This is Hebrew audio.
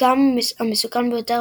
גם המסוכן ביותר,